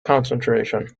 concentration